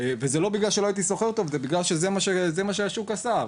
וזה לא בגלל שלא הייתי שוכר טוב, זה מה שהשוק עשה.